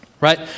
Right